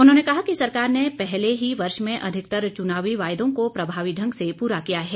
उन्होंने कहा कि सरकार ने पहले ही वर्ष में अधिकतर चुनावी वायदों को प्रभावी ढंग से पूरा किया है